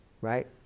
right